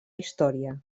història